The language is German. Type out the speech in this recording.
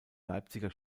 leipziger